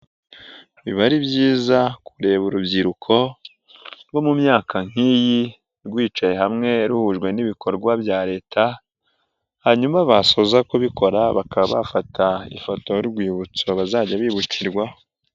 Biba ari byiza kureba urubyiruko rwo mu myaka nk'iyi rwicaye hamwe ruhujwe n'ibikorwa bya leta hanyuma basoza kubikora bakaba bafata ifoto y'urwibutso bazajya bibukirwaho.